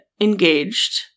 engaged